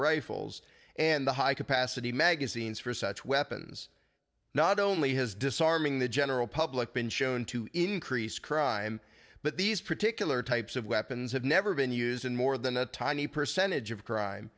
rifles and the high capacity magazines for such weapons not only has disarming the general public been shown to increase crime but these particular types of weapons have never been used in more than a tiny percentage of crime